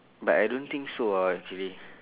but I don't think so ah actually